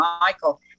Michael